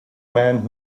man